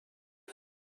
کنم